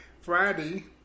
Friday